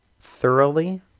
thoroughly